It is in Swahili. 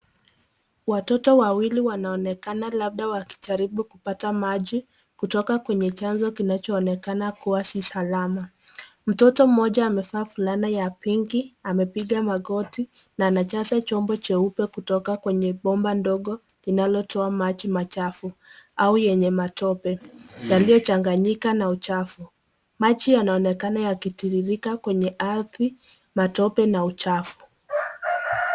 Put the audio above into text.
Watoto wawili wanaonekana labda wakijaribu kupata maji kutoka kwenye chanzo kinachoonekana kuwa si salama. Mtoto mmoja amevaa fulana ya pinki, amepiga magoti na anajaza chombo cheupe kutoka kwenye bomba ndogo linalotoa maji machafu au yenye matope, yaliyochanganyika na uchafu. Maji yanaoneka yakitiririka kwenye ardhi matope na uchafu.